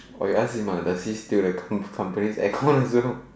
or you ask him ah does he steal the company the company's air con also